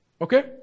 Okay